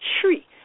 tree